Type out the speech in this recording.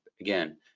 Again